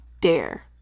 dare